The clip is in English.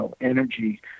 energy